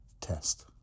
test